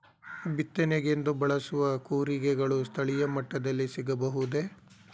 ಬಿತ್ತನೆಗೆಂದು ಬಳಸುವ ಕೂರಿಗೆಗಳು ಸ್ಥಳೀಯ ಮಟ್ಟದಲ್ಲಿ ಸಿಗಬಹುದೇ?